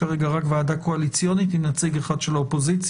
כרגע יש רק ועדה קואליציונית עם נציג אחד של האופוזיציה,